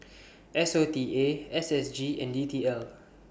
S O T A S S G and D T L